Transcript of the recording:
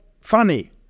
funny